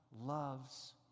loves